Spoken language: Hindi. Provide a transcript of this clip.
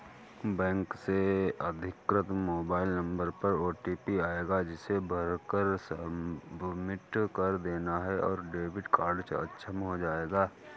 बैंक से अधिकृत मोबाइल नंबर पर ओटीपी आएगा जिसे भरकर सबमिट कर देना है और डेबिट कार्ड अक्षम हो जाएगा